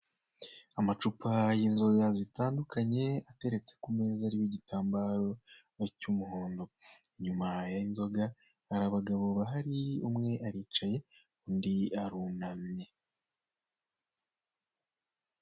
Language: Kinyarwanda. Amacupa y'inzoga zitandukanye ateretse ku meza arimo igitambaro cy'umuhondo. Inyuma y'inzoga hari abagabo bahari umwe aricaye undi arunamye.